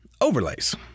overlays